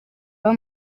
baba